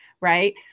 right